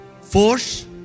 force